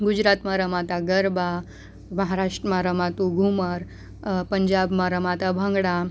ગુજરાતમાં રમાતા ગરબા મહારાષ્ટ્રમાં રમતું ઘૂમર પંજાબમાં રમાતા ભાંગડા